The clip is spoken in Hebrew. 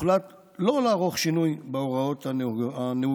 הוחלט לא לערוך שינוי בהוראות הנוהגות.